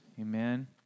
Amen